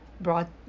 brought